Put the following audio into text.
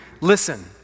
listen